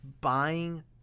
buying